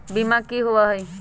बीमा की होअ हई?